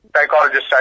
psychologist